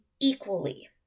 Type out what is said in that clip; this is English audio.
equally